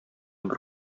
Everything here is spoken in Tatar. бер